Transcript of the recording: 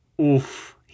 Oof